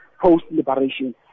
post-liberation